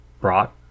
brought